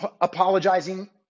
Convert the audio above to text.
apologizing